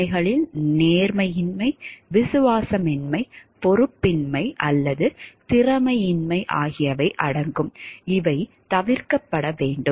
தீமைகளில் நேர்மையின்மை விசுவாசமின்மை பொறுப்பின்மை அல்லது திறமையின்மை ஆகியவை அடங்கும் இவை தவிர்க்கப்பட வேண்டும்